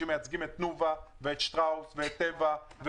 שמייצגים את תנובה ואת שטראוס ואת טבע.